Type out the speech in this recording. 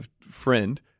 friend